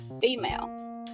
female